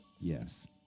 Yes